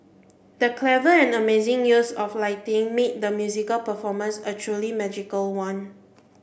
the clever and amazing use of lighting made the musical performance a truly magical one